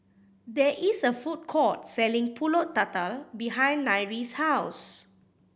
there is a food court selling Pulut Tatal behind Nyree's house